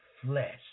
flesh